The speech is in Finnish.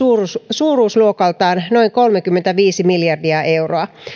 suuruusluokaltaan noin kolmekymmentäviisi miljardia euroa